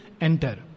enter